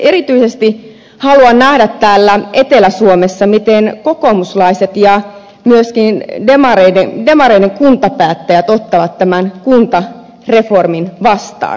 erityisesti haluan nähdä täällä etelä suomessa miten kokoomuslaiset ja myöskin demareiden kuntapäättäjät ottavat tämän kuntareformin vastaan